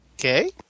Okay